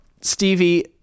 Stevie